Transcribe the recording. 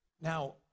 Now